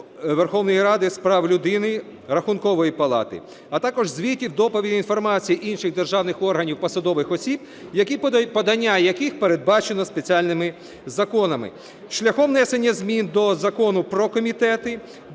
Верховної Ради з прав людини, Рахункової палати, а також звітів, доповідей, інформації інших державних органів, посадових осіб, подання яких передбачено спеціальними законами, шляхом внесення змін до Закону про комітети,